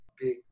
big